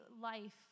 life